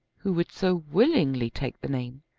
who would so willingly take the name!